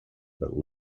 but